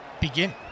Begin